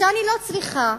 שאני לא צריכה